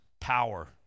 Power